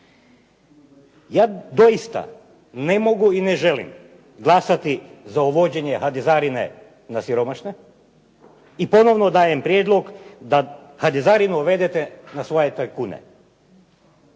Ja doista ne mogu i ne želim glasati za uvođenje hadezarine na siromašne i ponovno dajem prijedlog da hadezarinu uvedete na svoje tajkune,